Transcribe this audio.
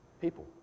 people